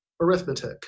arithmetic